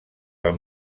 del